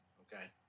okay